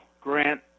Grant